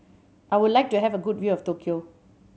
I would like to have a good view of Tokyo